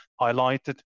highlighted